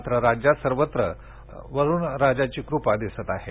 मात्र राज्यात सर्वत्र वरुणराजाची क्रपा दिसत आहे